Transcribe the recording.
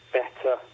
better